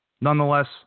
Nonetheless